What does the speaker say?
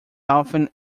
often